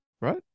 right